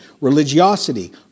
Religiosity